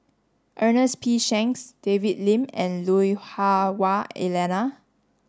Ernest P Shanks David Lim and Lui Hah Wah Elena